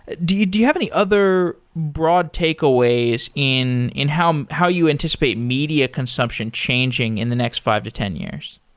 ah do you do you have any other broad takeaways in in how how you anticipate media consumption changing in the next five to ten years?